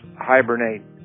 hibernate